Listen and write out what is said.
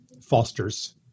fosters